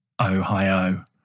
Ohio